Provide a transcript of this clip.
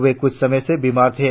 वे कुछ समय से बीमार थे